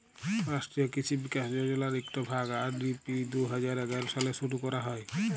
রাষ্ট্রীয় কিসি বিকাশ যজলার ইকট ভাগ, আর.এ.ডি.পি দু হাজার এগার সালে শুরু ক্যরা হ্যয়